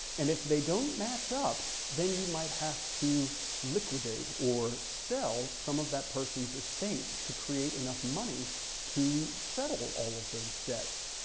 and if they don't match up, then you might have to liquidate or sell some of that person's estate to create enough money to settle all of those debts.